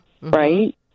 Right